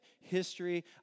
history